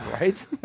right